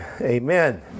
Amen